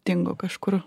dingo kažkur